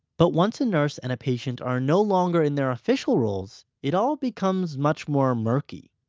but once a nurse and a patient are no longer in their official roles, it all becomes much more murky.